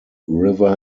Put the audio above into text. river